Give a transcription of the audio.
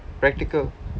practical